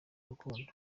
rukundo